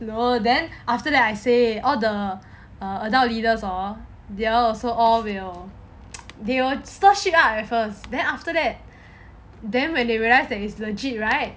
no then after that I say all the err adult leaders hor they're also all will they will stir shit lah at first then after that then when they realise that is legit right